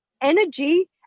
energy